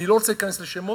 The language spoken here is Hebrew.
אני לא רוצה להיכנס לשמות.